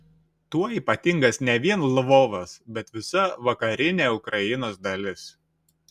tuo ypatingas ne vien lvovas bet visa vakarinė ukrainos dalis